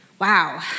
Wow